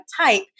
type